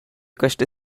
questa